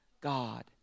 God